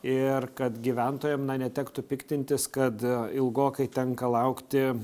ir kad gyventojam na netektų piktintis kad ilgokai tenka laukti